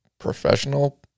professional